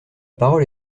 parole